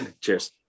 Cheers